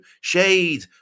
Shade